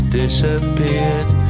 disappeared